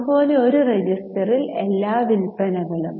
അത് പോലെ ഒരു രജിസ്റ്ററിൽ എല്ലാ വിൽപ്പനകളും